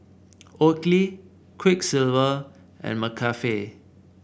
Oakley Quiksilver and McCafe